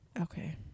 Okay